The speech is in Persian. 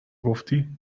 گفتی